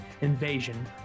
Invasion